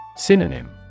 Synonym